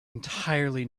entirely